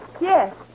Yes